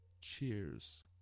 Cheers